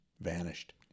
vanished